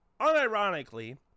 unironically